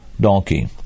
donkey